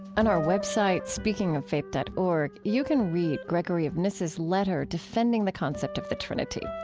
and our web site, speakingoffaith dot org, you can read gregory of nyssa's letter defending the concept of the trinity.